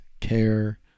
care